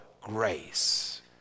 grace